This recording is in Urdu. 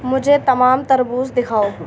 مجھے تمام تربوز دکھاؤ